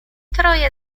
troje